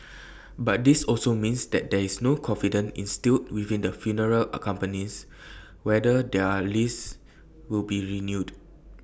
but this also means that there is no confidence instilled within the funeral accompanies whether their lease will be renewed